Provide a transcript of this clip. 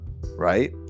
right